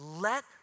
let